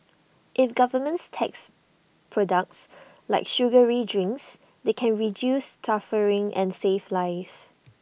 if governments tax products like sugary drinks they can reduce suffering and save lives